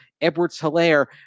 Edwards-Hilaire